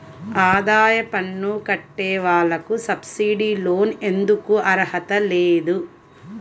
ఆదాయ పన్ను కట్టే వాళ్లకు సబ్సిడీ లోన్ ఎందుకు అర్హత లేదు?